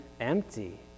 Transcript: empty